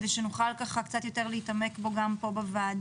כדי שנוכל קצת יותר להתעמק בו גם כאן בוועדה.